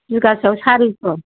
बिगासेआव सारिस'